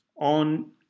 on